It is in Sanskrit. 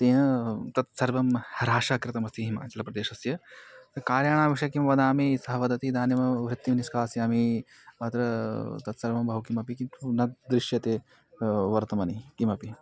तेन तत्सर्वं ह्रासकृतमस्ति हिमाचलप्रदेशस्य कार्याणां विषये किं वदामि सः वदति इदानीं वृत्तिं निष्कासयामि अत्र तत्सर्वं बहु किमपि किन्तु न दृश्यते वर्त्मनि किमपि